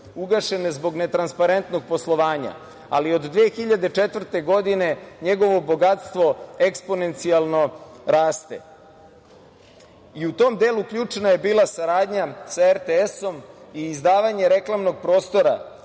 ugašene zbog netransparentnog poslovanja, ali od 2004. godine njegovo bogatstvo eksponencijalno raste. U tom delu ključna je bila saradnja sa RTS i izdavanje reklamnog prostora